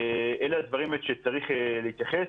אלה דברים שצרים להתייחס אליהם,